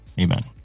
Amen